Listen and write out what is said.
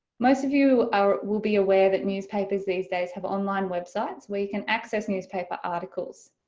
most of you ah will be aware that newspapers these days have online websites, where you can access newspaper articles.